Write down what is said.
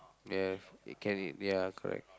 yes it can it ya correct